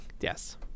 yes